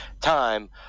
time